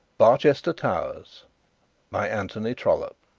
barchester towers by anthony trollope